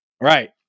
Right